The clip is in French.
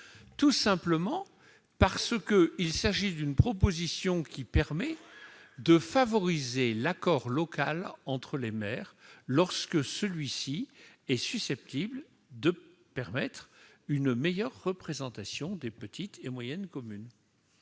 tout simplement parce qu'elle permet de favoriser l'accord local entre les maires, lorsque celui-ci est susceptible de permettre une meilleure représentation des petites et moyennes communes.